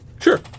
Sure